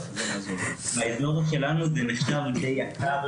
אצלנו זה נחשב די יקר